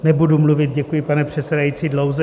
Nebudu mluvit, děkuji, pane předsedající, dlouze.